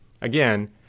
Again